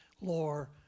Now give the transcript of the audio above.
lore